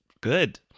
good